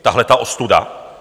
Tahleta ostuda!